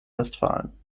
westfalen